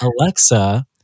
Alexa